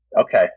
Okay